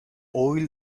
oil